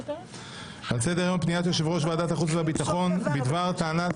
על סדר-היום: פניית יושב-ראש ועדת החוץ והביטחון בדבר טענת